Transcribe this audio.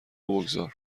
بگذار